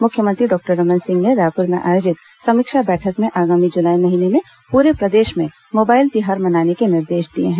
मुख्यमंत्री डॉक्टर रमन सिंह ने रायपुर में आयोजित समीक्षा बैठक में आगामी जुलाई महीने में पूरे प्रदेश में मोबाइल तिहार मनाने के निर्देश दिए हैं